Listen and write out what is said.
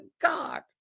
God